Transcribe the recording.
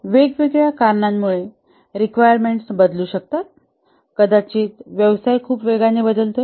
वेगवेगळ्या कारणांमुळे रिक्वायरमेंट्स बदलू शकतात कदाचित व्यवसाय खूप वेगाने बदलतो